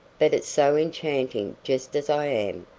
but it's so enchanting just as i am!